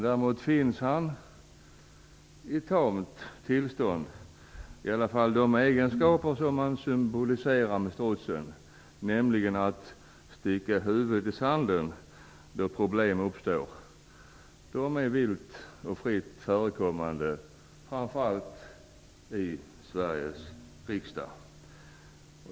Däremot finns det strutsar i tamt tillstånd i form av de egenskaper som symboliserar strutsen, nämligen att sticka huvudet i sanden då problem uppstår. De är vilt och fritt förekommande framför allt i Sveriges riksdag.